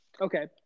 okay